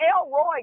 Elroy